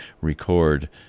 record